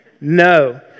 no